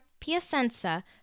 Piacenza